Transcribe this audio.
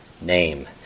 name